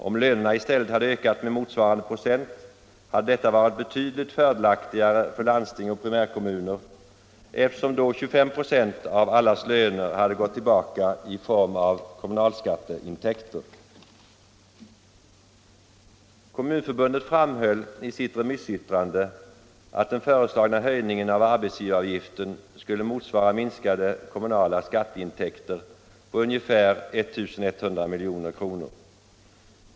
Om lönerna i stället hade ökat med motsvarande procent, hade detta varit betydligt fördelaktigare för landsting och primärkommuner, eftersom då 25 96 av allas löner hade gått tillbaka i form av kommunalskatteintäkter. Kommunförbundet framhöll i sitt remissyttrande att den föreslagna höjningen av arbetsgivaravgiften skulle motsvara minskade kommunala skatteintäkter på ungefär 1 100 milj.kr.